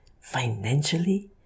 financially